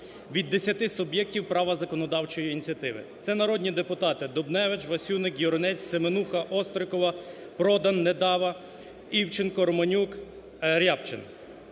від 10суб'єктів права законодавчої ініціативи. Це народні депутати: Дубневич, Васюник, Юринець, Семенуха. Острікова, Продан, Недава, Івченко, Романюк, Рябчин.